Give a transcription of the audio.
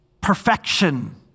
Perfection